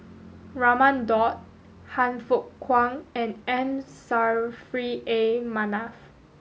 Raman Daud Han Fook Kwang and M Saffri A Manaf